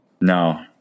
No